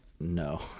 no